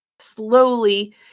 slowly